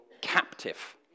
captive